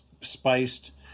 spiced